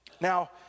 Now